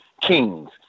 Kings